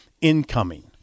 incoming